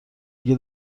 دیگه